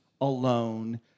alone